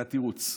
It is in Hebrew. זה התירוץ.